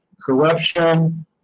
corruption